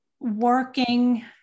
working